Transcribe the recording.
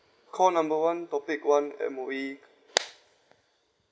call number one topic one M_O_E